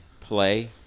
play